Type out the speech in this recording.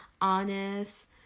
honest